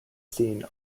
seen